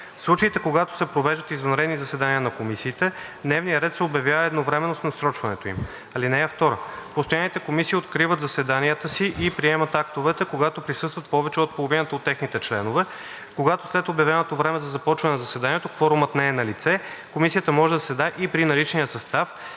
случаите, когато се провеждат извънредни заседания на комисиите, дневният ред се обявява едновременно с насрочването им. (2) Постоянните комисии откриват заседанията си и приемат актове, когато присъстват повече от половината от техните членове. Когато след обявеното време за започване на заседанието кворумът не е налице, комисията може да заседава и при наличния състав,